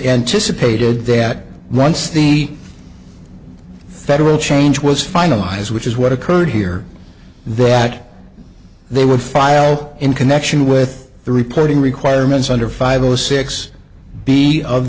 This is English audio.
anticipated that once the federal change was finalized which is what occurred here that they were filed in connection with the reporting requirements under five zero six b of